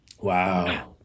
Wow